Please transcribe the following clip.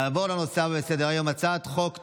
נעבור לנושא הבא בסדר-היום: הצעת חוק טיפול,